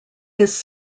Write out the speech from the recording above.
his